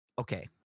okay